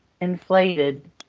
inflated